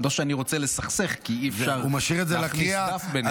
לא שאני רוצה לסכסך, כי אי-אפשר להכניס דף ביניכם.